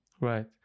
Right